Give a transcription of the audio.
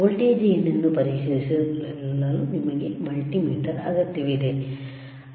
voltage ಏನೆಂದು ಪರಿಶೀಲಿಸಲು ನಿಮಗೆ ಮಲ್ಟಿಮೀಟರ್ ಅಗತ್ಯವಿದೆ